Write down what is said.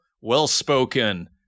well-spoken